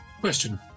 Question